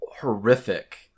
horrific